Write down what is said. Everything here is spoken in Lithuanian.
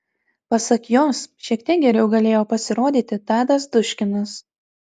pasak jos šiek tek geriau galėjo pasirodyti tadas duškinas